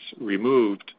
removed